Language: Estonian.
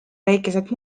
väikesed